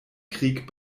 krieg